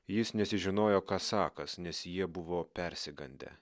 jis nesižinojo ką sakąs nes jie buvo persigandę